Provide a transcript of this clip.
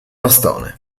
bastone